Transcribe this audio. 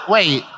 Wait